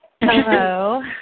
Hello